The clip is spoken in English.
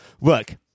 Look